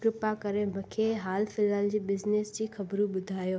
कृपा करे मूंखे हाल फ़िलहालु जी बिज़नेस जी ख़बरूं ॿुधायो